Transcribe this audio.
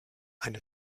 einer